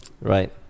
right